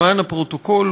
למען הפרוטוקול,